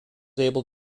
able